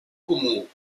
comú